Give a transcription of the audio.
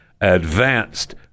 advanced